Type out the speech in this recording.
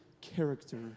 character